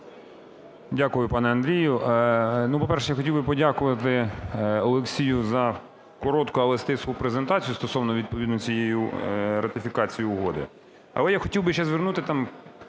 Дякую, пане Андрію. Ну, по-перше, я хотів би подякувати Олексію за коротку, але стислу презентацію стосовно відповідно цієї ратифікації угоди. Але я хотів би ще звернути увагу